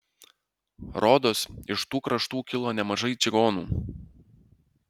rodos iš tų kraštų kilo nemažai čigonų